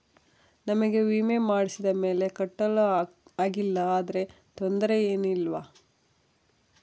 ನಮಗೆ ವಿಮೆ ಮಾಡಿಸಿದ ಮೇಲೆ ಕಟ್ಟಲು ಆಗಿಲ್ಲ ಆದರೆ ತೊಂದರೆ ಏನು ಇಲ್ಲವಾ?